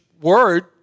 word